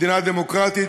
מדינה דמוקרטית,